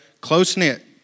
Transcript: close-knit